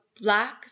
black